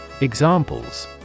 Examples